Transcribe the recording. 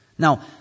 Now